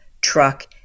truck